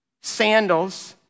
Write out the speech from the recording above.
sandals